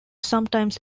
sometimes